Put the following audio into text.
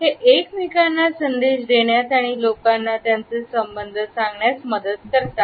हे एकमेकांना संदेश देण्यात आणि लोकांना त्यांचे संबंध सांगण्यास मदत करते